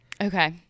Okay